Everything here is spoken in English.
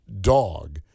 dog